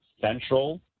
central